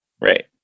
Right